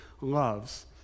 loves